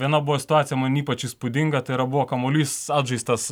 viena buvo situacija man ypač įspūdinga tai yra buvo kamuolys atžaistas